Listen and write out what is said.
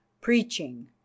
preaching